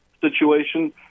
situation